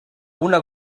una